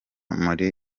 muri